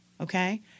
Okay